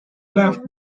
left